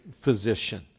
Physician